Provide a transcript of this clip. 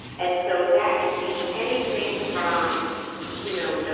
and so that can be anything from you know,